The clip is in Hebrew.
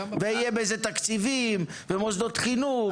יהיו בזה תקציבים, מוסדות חינוך ושוטף.